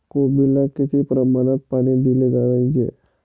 कोबीला किती प्रमाणात पाणी दिले पाहिजे?